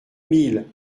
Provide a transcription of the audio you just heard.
mille